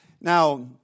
Now